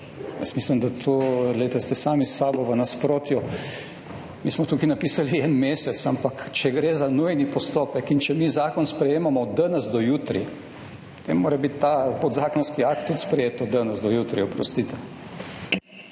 Jaz mislim, da tu, glejte, ste sami s sabo v nasprotju. Mi smo tukaj napisali en mesec, ampak če gre za nujni postopek, in če mi zakon sprejemamo od danes do jutri, potem mora biti ta podzakonski akt tudi sprejet od danes do jutri, oprostite.